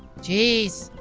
geez!